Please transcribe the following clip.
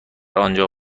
آنجا